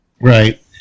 right